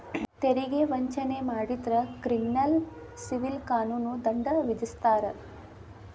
ತೆರಿಗೆ ವಂಚನೆ ಮಾಡಿದ್ರ ಕ್ರಿಮಿನಲ್ ಸಿವಿಲ್ ಕಾನೂನು ದಂಡ ವಿಧಿಸ್ತಾರ